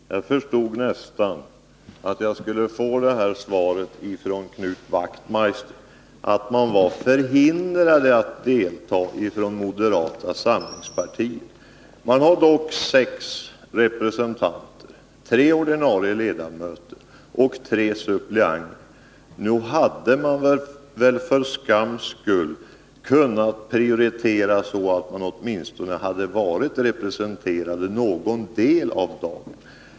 Herr talman! Jag förstod nästan att jag skulle få det här svaret av Knut Wachtmeister — att man från moderata samlingspartiet var förhindrad att delta. Man har dock sex representanter — tre ordinarie ledamöter och tre suppleanter. Nog hade man väl för skams skull kunnat prioritera så att man åtminstone hade varit representerad någon del av dagen.